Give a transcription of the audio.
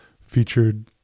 featured